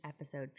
episode